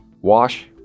Wash